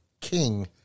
king